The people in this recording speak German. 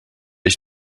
ich